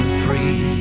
free